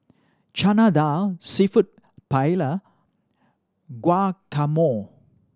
Chana Dal Seafood Paella Guacamole